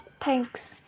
thanks